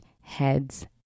heads